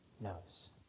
knows